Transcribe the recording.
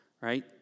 Right